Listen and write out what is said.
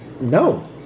No